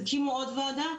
תקימו עוד ועדה?